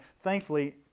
thankfully